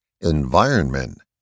Environment